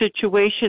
situation